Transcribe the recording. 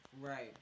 Right